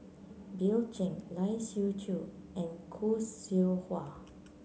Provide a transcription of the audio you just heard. Bill Chen Lai Siu Chiu and Khoo Seow Hwa